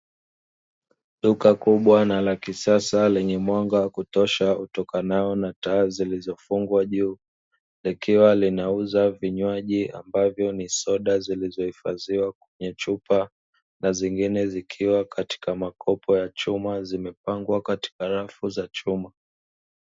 Duka kubwa na la kisasa lenye mwanga kutosha utokanao na taa zilizofungwa juu, likiwa linauza vinywaji ambavyo ni soda zilizohifadhiwa kwenye chupa na zingine zikiwa katika makopo ya chuma zimepangwa katika rafu za chuma.